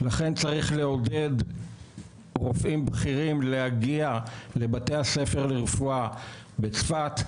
לכן צריך לעודד רופאים בכירים להגיע לבתי הספר לרפואה ב"צפת",